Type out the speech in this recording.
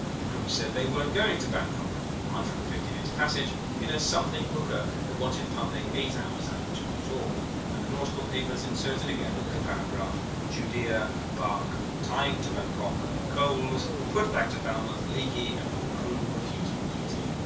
the crew said they weren't going to bankok a hundred and fifty days' passage in a something hooker that wanted pumping eight hours out of the twenty-four and the nautical papers inserted again the little paragraph judea. barque. tyne to bankok coals put back to falmouth leaky and with crew refusing duty